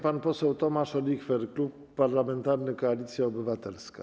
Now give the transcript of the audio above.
Pan poseł Tomasz Olichwer, Klub Parlamentarny Koalicja Obywatelska.